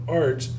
art